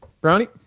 Brownie